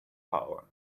power